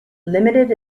limited